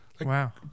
Wow